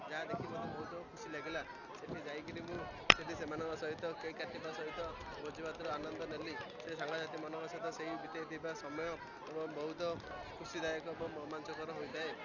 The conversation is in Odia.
ଯାହା ଦେଖି ମୋତେ ବହୁତ ଖୁସି ଲାଗିଲା ସେଠି ଯାଇକିରି ମୁଁ ସେଠି ସେମାନଙ୍କ ସହିତ କେକ୍ କାଟିବା ସହିତ ଭୋଜି ଭାତରୁ ଆନନ୍ଦ ନେଲି ସେ ସାଙ୍ଗସାଥିମାନଙ୍କ ସହିତ ସେଇ ବିତେଇ ଥିବା ସମୟ ଏବଂ ବହୁତ ଖୁସିଦାୟକ ଏବଂ ରୋମାଞ୍ଚକର ହୋଇଥାଏ